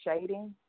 shading